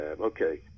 Okay